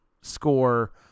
score